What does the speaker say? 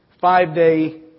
five-day